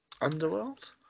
Underworld